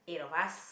eight of us